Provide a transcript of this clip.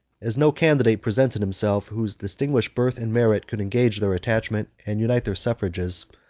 as no candidate presented himself whose distinguished birth and merit could engage their attachment and unite their suffrages.